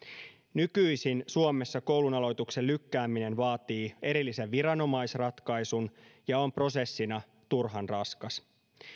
nykyisin suomessa koulunaloituksen lykkääminen vaatii erillisen viranomaisratkaisun ja on prosessina turhan raskas